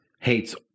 hates